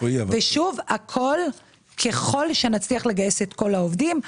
ושוב, הכול ככל שנצליח לגייס את כל העובדים.